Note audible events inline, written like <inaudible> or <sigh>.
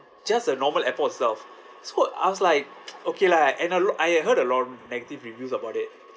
just a normal airpod itself so I was like <noise> okay lah and a lo~ I heard a lot of negative reviews about it